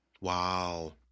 Wow